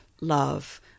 love